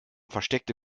versteckte